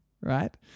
right